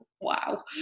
wow